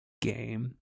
game